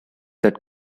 that